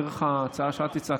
דרך ההצעה שאת הצעת,